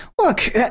Look